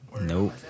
Nope